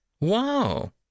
Wow